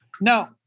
Now